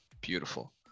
Beautiful